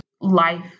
life